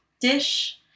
dish